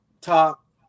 top